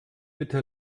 bitte